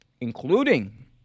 including